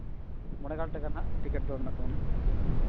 ᱢᱚᱬᱮ ᱜᱮᱞ ᱴᱟᱠᱟ ᱦᱟᱸᱜ ᱴᱤᱠᱤᱴ ᱫᱚ ᱢᱮᱱᱟᱜ ᱛᱟᱵᱚᱱᱟ